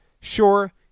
Sure